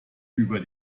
über